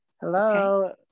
hello